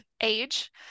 age